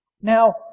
Now